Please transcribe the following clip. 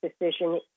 decision